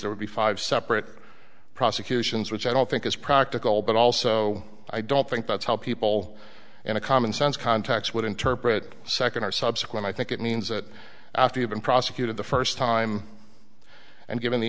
would be five separate prosecutions which i don't think is practical but also i don't think that's how people in a commonsense context would interpret second are subsequent i think it means that after you've been prosecuted the first time and given the